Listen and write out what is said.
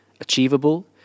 achievable